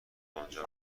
آنجا